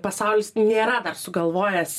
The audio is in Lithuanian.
pasaulis nėra dar sugalvojęs